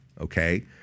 okay